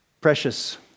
precious